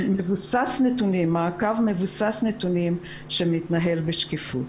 שמבוסס נתונים, מעקב מבוסס נתונים שמתנהל בשקיפות.